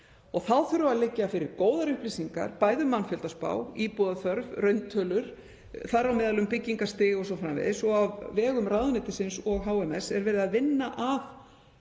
og þá þurfa að liggja fyrir góðar upplýsingar, bæði mannfjöldaspá, íbúðaþörf, rauntölur, þar á meðal um byggingarstig o.s.frv. Og á vegum ráðuneytisins og HMS er verið að vinna að